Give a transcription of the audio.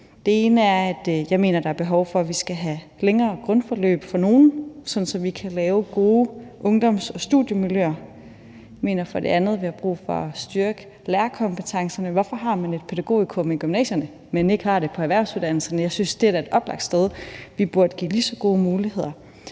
jeg mener, at der er behov for, at vi skal have længere grundforløb for nogle, sådan at vi kan lave gode ungdoms- og studiemiljøer. Jeg mener for det andet, at vi har brug for at styrke lærerkompetencerne. Hvorfor har man et pædagogikum i gymnasierne, men ikke på erhvervsuddannelserne? Jeg synes da, at det er et oplagt sted, vi burde give lige så gode muligheder.